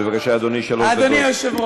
בבקשה, אדוני, שלוש דקות.